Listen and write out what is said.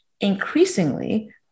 increasingly